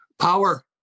power